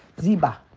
Ziba